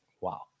wow